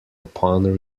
upon